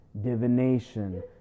divination